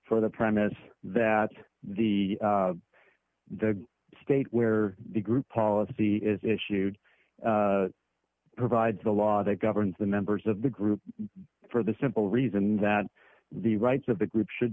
for the premise that the the state where the group policy is issued provides a law that governs the members of the group for the simple reason that the rights of the group should